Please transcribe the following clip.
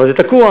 אבל זה תקוע.